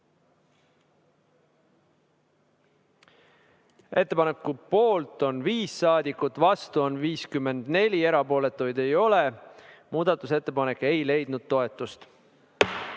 Ettepaneku poolt on 5 saadikut, vastu on 54, erapooletuid ei ole. Muudatusettepanek ei leidnud toetust. Liigume